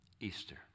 Easter